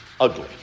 ugly